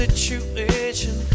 Situation